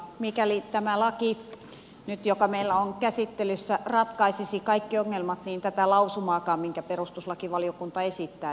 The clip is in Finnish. mikäli tämä laki joka meillä nyt on käsittelyssä ratkaisisi kaikki ongelmat niin tätä lausumaakaan minkä perustuslakivaliokunta esittää ei tarvittaisi